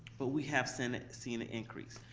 but we have seen seen an increase.